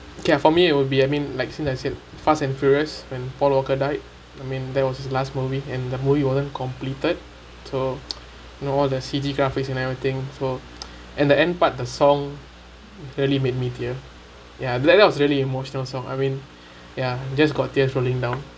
okay ah for me it would be I mean like in I said fast and furious when paul walker died I mean that was his last movie and the movie wasn't completed so you know all the C_G graphic and everything so and the end but the song really made me tear ya that that was really emotional song I mean ya just got tears falling down